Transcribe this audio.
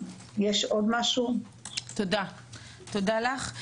תודה לך.